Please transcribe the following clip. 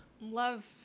Love